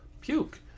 puke